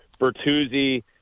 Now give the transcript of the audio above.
Bertuzzi